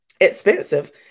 expensive